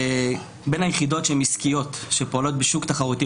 בין היחידות שהן עסקיות שפועלות בשוק תחרותי.